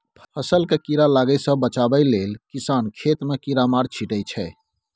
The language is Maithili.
फसल केँ कीड़ा लागय सँ बचाबय लेल किसान खेत मे कीरामार छीटय छै